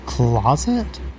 Closet